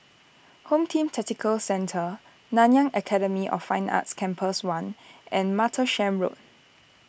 Home Team Tactical Centre Nanyang Academy of Fine Arts Campus one and Martlesham Road